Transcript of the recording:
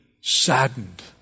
saddened